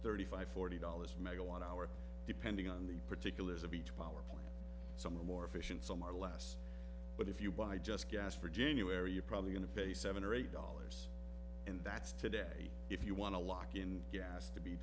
thirty five forty dollars megawatt hour depending on the particulars of each power plant some are more efficient some are less but if you buy just gas for january you're probably going to pay seven or eight dollars and that's today if you want to lock in gas to be